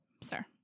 sir